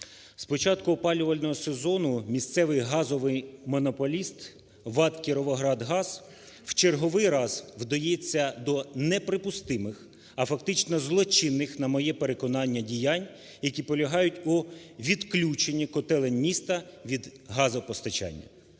Спочатку опалювального сезону місцевий газовий монополіст ВАТ "Кіровоградгаз" в черговий раз вдається до неприпустимих, а фактично злочинних, на моє переконання, діянь, які полягають у відключенні котелень міста від газопостачання.